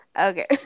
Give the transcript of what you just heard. okay